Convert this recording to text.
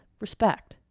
respect